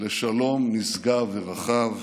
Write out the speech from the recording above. לשלום נשגב ורחב,